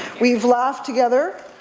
we've laughed together.